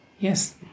Yes